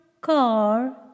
car